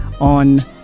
on